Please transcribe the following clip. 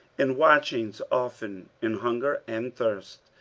in watchings often, in hunger and thirst,